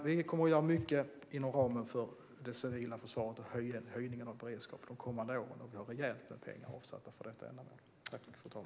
Vi kommer att göra mycket inom ramen för det civila försvaret och för höjningen av beredskapen under de kommande åren. Vi har också rejält med pengar avsatta för detta ändamål.